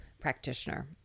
practitioner